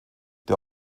der